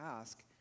Ask